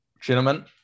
Gentlemen